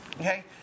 okay